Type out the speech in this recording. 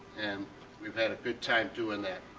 and we've had a good time doing that.